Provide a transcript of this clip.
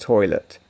Toilet